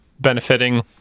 benefiting